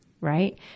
right